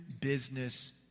business